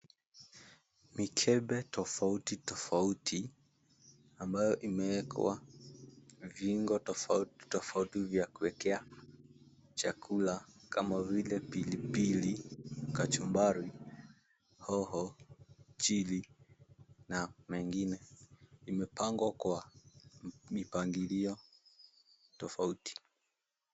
Mikebe tofauti tofauti ambayo imeekwa viungo tofauti tofauti vya kuwekea chakula kama vile: pilipili, kachumbari, hoho, chilli na mengine. Imepangwa kwa mipangilio tofauti.